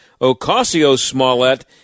Ocasio-Smollett